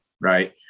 right